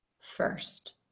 first